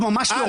ממש לא.